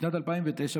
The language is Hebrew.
בשנת 2009,